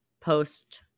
post